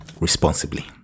responsibly